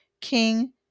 king